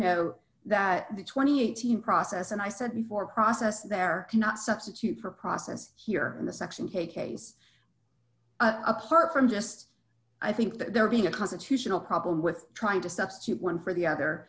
know that the twenty eight team process and i said before process there cannot substitute for a process here in the section hey case apart from just i think that there being a constitutional problem with trying to substitute one for the other